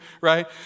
right